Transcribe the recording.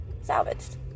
salvaged